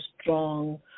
strong